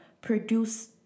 produce